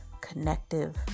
connective